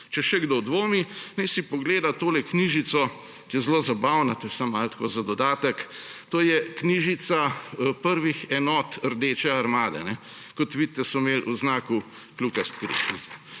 Če še kdo dvomi, naj si pogleda tole knjižico, ki je zelo zabavna, to je samo malo, tako za dodatek, to je knjižica o prvih enotah Rdeče armade. Kot vidite, so imeli v znaku kljukasti križ.